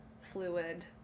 fluid